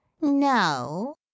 No